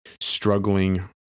struggling